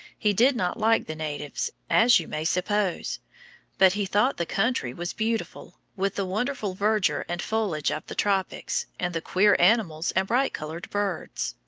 he did not like the natives, as you may suppose but he thought the country was beautiful, with the wonderful verdure and foliage of the tropics, and the queer animals and bright-colored birds.